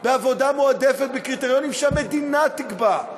ועבודה מועדפת בקריטריונים שהמדינה תקבע.